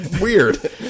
weird